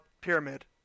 pyramid